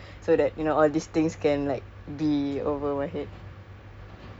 don't we all girl don't we all